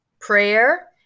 prayer